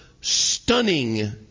stunning